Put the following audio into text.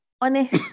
honest